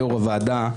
יושב-ראש הוועדה,